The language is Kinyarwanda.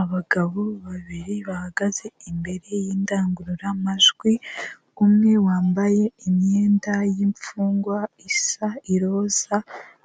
Abagabo babiri bahagaze imbere y'indangururamajwi umwe wambaye imyenda y'imfungwa isa iroza